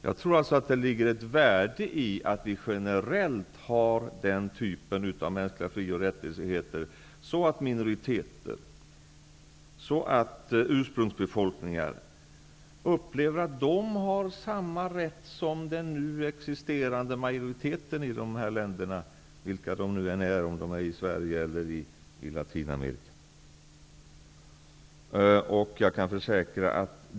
Jag tror att det ligger ett värde i att vi generellt har sådana mänskliga fri och rättigheter att minoriteter och ursprungsbefolkningar upplever att de har samma rätt som den nu existerande majoriteten i dessa länder, vilka de nu än är, Sverige eller länder i Latinamerika.